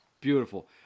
Beautiful